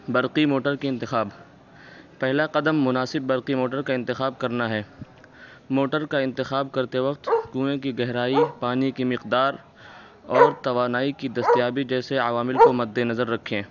برقی موٹر کے انتخاب پہلا قدم مناسب برقی موٹر کا انتخاب کرنا ہے موٹر کا انتخاب کرتے وقت کنوئیں کی گہرائی پانی کی مقدار اور توانائی کی دستیابی جیسے عوامل کو مد نظر رکھیں